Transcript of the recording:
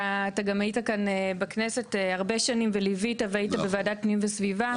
אתה גם היית כאן בכנסת הרבה שנים וליווית והיית בוועדת פנים וסביבה,